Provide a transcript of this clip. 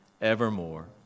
evermore